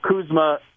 Kuzma